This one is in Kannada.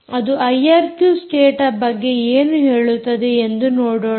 ಈಗ ಅದು ಐಆರ್ಕ್ಯೂ ಸ್ಟೇಟ ಬಗ್ಗೆ ಏನು ಹೇಳುತ್ತದೆ ಎಂದು ನೋಡೋಣ